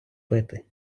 пити